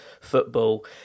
football